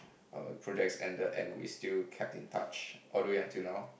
our projects ended and we still kept in touch all the way until now